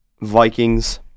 Vikings